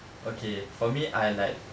okay for me I like